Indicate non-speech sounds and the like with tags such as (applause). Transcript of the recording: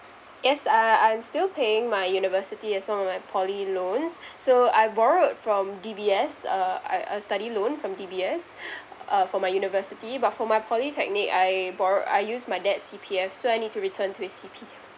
yes uh I'm still paying my university as well and my poly loans so I borrowed from D_B_S uh a a study loan from D_B_S (breath) uh for my university but for my polytechnic I borrowed I used my dad's C_P_F so I need to return to his C_P_F